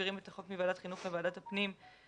ומעבירים את החוק מוועדת חינוך לוועדת הפנים והגנת